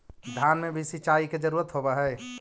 धान मे भी सिंचाई के जरूरत होब्हय?